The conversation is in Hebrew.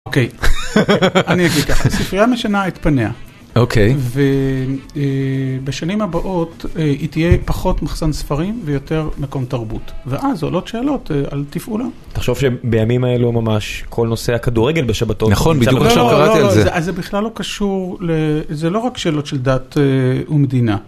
אוקיי, אני אגיד לך, הספרייה משנה את פניה. אוקיי. ובשנים הבאות, היא תהיה פחות מחסן ספרים ויותר מקום תרבות. ואז עולות שאלות, על תפעולה. אתה חושב שבימים האלו ממש כל נושא הכדורגל בשבתות? נכון, בדיוק עכשיו קראתי על זה. זה בכלל לא קשור, זה לא רק שאלות של דת ומדינה.